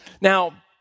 Now